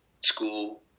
school